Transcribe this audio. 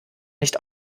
nicht